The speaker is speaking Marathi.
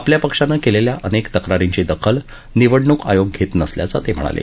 आपल्या पक्षानं केलेल्या अनेक तक्रारींची दखल निवडणूक आयोग घेत नसल्याचं ते म्हणाले